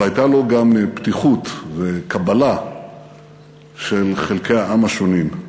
אבל היו לו גם פתיחות וקבלה של חלקי העם השונים.